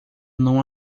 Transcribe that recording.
não